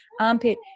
armpit